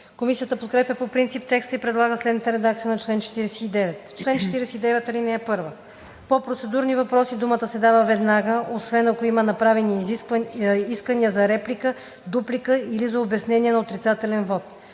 Комисията подкрепя по принцип текста и предлага следната редакция на чл. 49: „Чл. 49. (1) По процедурни въпроси думата се дава веднага, освен ако има направени искания за реплика, дуплика или за обяснение на отрицателен вот.